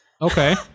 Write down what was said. Okay